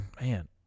man